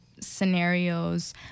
scenarios